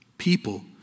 people